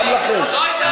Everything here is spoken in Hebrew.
גם לכם,